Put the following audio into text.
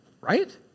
right